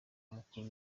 mukuru